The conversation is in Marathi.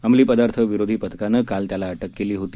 अमली पदार्थ विरोधी पथकानं त्याला काल अटक केली होती